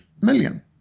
million